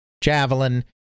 javelin